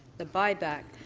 the buy back,